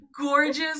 gorgeous